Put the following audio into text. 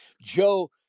Joe